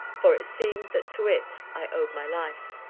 for it seemed that to it i owed my life.